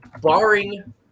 barring